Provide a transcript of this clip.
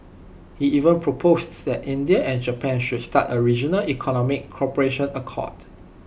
he even proposed that India and Japan should start A regional economic cooperation accord